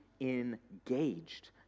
engaged